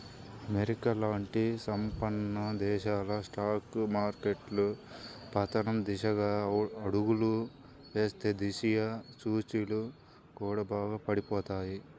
America లాంటి సంపన్న దేశాల స్టాక్ మార్కెట్లు పతనం దిశగా అడుగులు వేస్తే దేశీయ సూచీలు కూడా బాగా పడిపోతాయి